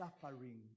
suffering